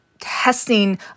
testing